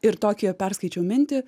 ir tokią perskaičiau mintį